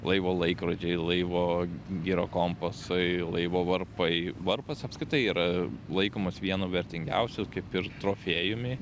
laivo laikrodžiai laivo girokompasai laivo varpai varpas apskritai yra laikomas vienu vertingiausių kaip ir trofėjumi